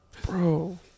Bro